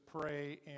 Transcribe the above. pray